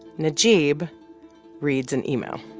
najeeb reads an email